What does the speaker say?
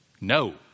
no